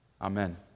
amen